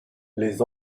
les